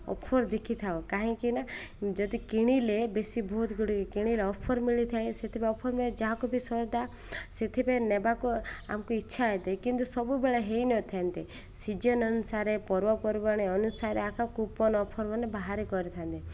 offer ଦେଖିଥାଉ କାହିଁକିନା ଯଦି କିଣିଲେ ବେଶି ବହୁତ ଗୁଡ଼ିକ କିଣିଲେ ଅଫର୍ ମିଳିଥାଏ ସେଥିପାଇଁ ଅଫର୍ ମିଳେ ଯାହାକୁ ବି ସରଦା ସେଥିପାଇଁ ନେବାକୁ ଆମକୁ ଇଚ୍ଛା ହୋଇଥାଏ କିନ୍ତୁ ସବୁବେଳେ ହୋଇନଥାନ୍ତେ ସିଜନ୍ ଅନୁସାରେ ପର୍ବପର୍ବାଣି ଅନୁସାରେ ଆକା କୁପନ୍ ଅଫର୍ମାନେ ବାହାର କରିଥାନ୍ତି